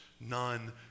None